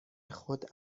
خود